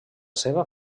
seva